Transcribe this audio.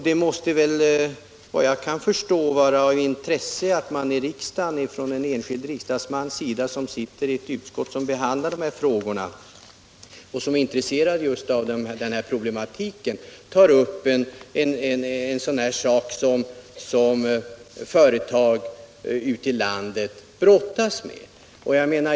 Det måste, efter vad jag kan förstå, vara av intresse för regeringen att en enskild riksdagsman, som f. ö. sitter i det utskott som behandlat de här frågorna, tar upp problem som företag ute i landet brottas med.